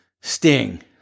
Sting